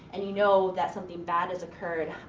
and you know that something bad has occurred.